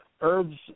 herbs